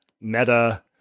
meta